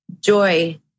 Joy